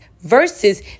versus